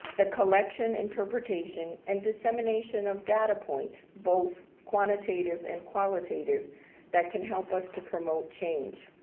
the collection interpretation and dissemination of data points both quantitative and qualitative that can help us to promote change.